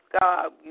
God